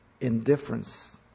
indifference